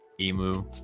emu